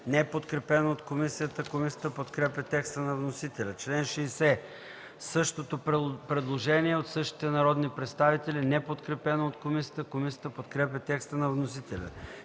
се подкрепя от комисията. Комисията подкрепя текста на вносителя. По чл. 60 – същото предложение от същите народни представители. Не е подкрепено от комисията. Комисията подкрепя текста на вносителя.